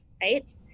right